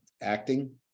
acting